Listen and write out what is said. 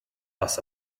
fuss